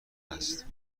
هست